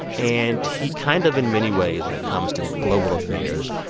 and he kind of, in many ways, when it comes to global affairs,